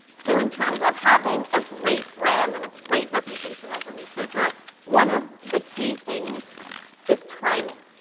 so in terms of having a great brand and a great reputation as a researcher, one of the key things is timing.